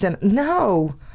No